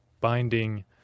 binding